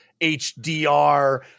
HDR